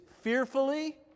fearfully